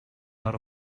out